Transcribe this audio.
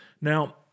Now